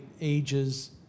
ages